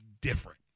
different